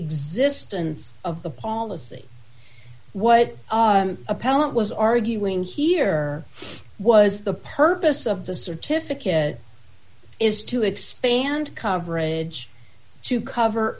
existence of the policy what appellant was arguing here was the purpose of the certificate is to expand coverage to cover